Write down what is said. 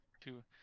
two